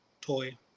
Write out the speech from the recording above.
toy